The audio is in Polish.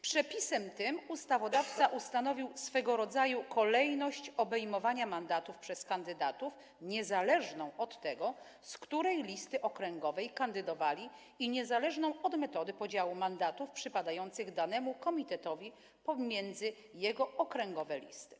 Przepisem tym ustawodawca ustanowił swego rodzaju kolejność obejmowania mandatów przez kandydatów, niezależną od tego, z której listy okręgowej kandydowali, i niezależną od metody podziału mandatów przypadających danemu komitetowi pomiędzy jego okręgowe listy.